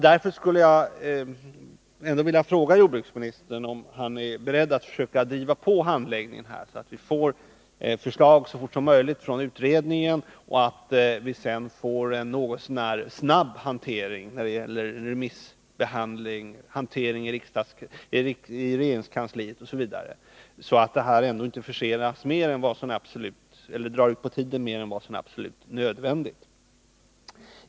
Jag skulle därför vilja fråga jordbruksministern om han är beredd att försöka driva på handläggningen, så att vi får ett förslag från utredningen så snart som möjligt och sedan en något så när snabb hantering när det gäller remissbehandling, beredning i regeringskansliet osv. Det är viktigt att frågan inte drar ut på tiden mer än vad som är absolut nödvändigt.